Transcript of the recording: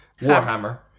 Warhammer